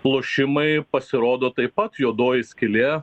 lošimai pasirodo taip pat juodoji skylė